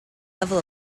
level